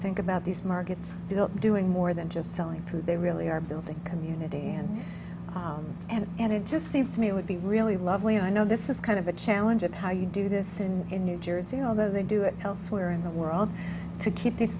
think about these markets built doing more than just selling food they really are building community and and and it just seems to me it would be really lovely and i know this is kind of a challenge of how you do this and in new jersey although they do it elsewhere in the world to keep these